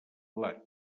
blat